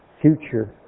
future